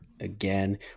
Again